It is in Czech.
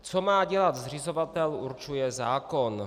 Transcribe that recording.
Co má dělat zřizovatel, určuje zákon.